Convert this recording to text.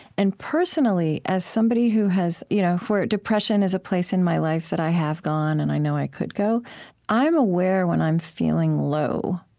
and personally, as somebody who has you know where depression is a place in my life that i have gone, and i know i could go i'm aware, when i'm feeling low,